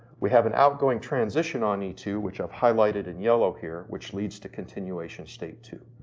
we have an outgoing transition on e two, which i've highlighted in yellow here, which leads to continuation state two.